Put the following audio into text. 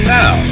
now